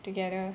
together